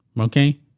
Okay